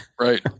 Right